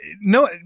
no